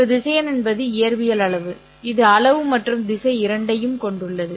ஒரு திசையன் என்பது இயற்பியல் அளவு இது அளவு மற்றும் திசை இரண்டையும் கொண்டுள்ளது